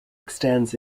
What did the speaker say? extends